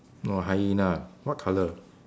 or a hyena what colour